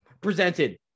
presented